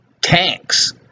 tanks